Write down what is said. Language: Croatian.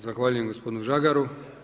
Zahvaljujem gospodinu Žagaru.